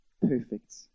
perfect